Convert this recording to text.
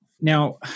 Now